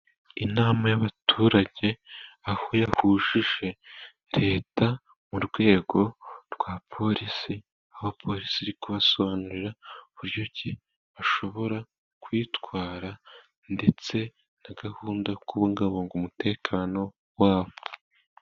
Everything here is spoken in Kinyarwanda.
Inama y'abaturage aho yahuje Leta mu rwego rwa polisi, aho polisi iri kubasobanurira buryoki bashobora kwitwara , ndetse na gahunda yo kubungabunga umutekano wabo.